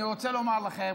אני רוצה לומר לכם,